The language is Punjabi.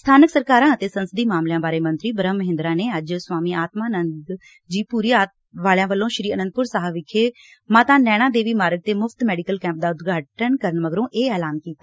ਸਬਾਨਕ ਸਰਕਾਰਾਂ ਅਤੇ ਸੰਸਦੀ ਮਾਮਲਿਆਂ ਬਾਰੇ ਮੰਤਰੀ ਬ੍ਰਹਮ ਮਹਿੰਦਰਾ ਨੇ ਅੱਜ ਸਵਾਮੀ ਆਤਮਾ ਨੰਦ ਜੀ ਭੂਰੀ ਵਾਲਿਆਂ ਵਲੋਂ ਸ੍ਰੀ ਅੰਦਪੁਰ ਸਾਹਿਬ ਵਿਖੇ ਮਾਤਾ ਨੈਣਾ ਦੇਵੀ ਮਾਰਗ ਤੇ ਮੁਫਤ ਮੈਡੀਕਲ ਕੈਂਪ ਦਾ ਉਦਘਾਟਨ ਕਰਨ ਮਗਰੋਂ ਇਹ ਐਲਾਨ ਕੀਤਾ